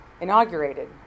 inaugurated